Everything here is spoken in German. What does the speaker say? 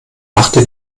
machte